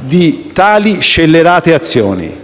di tali scellerate azioni.